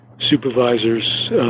supervisors